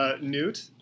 Newt